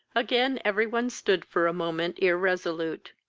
again every one stood for a moment irresolute.